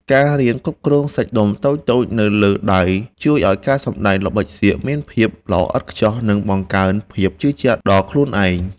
ការរៀនគ្រប់គ្រងសាច់ដុំតូចៗនៅលើដៃជួយឱ្យការសម្តែងល្បិចសៀកមានភាពល្អឥតខ្ចោះ និង បង្កើនភាពជឿជាក់ដល់ខ្លួនឯង។